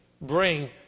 bring